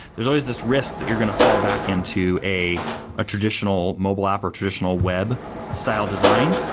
there's always this risk that you're going to fall back into a ah traditional mobile app, or traditional web style design,